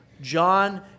John